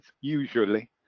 usually